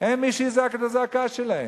אין מי שיזעק את הזעקה שלהם.